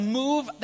move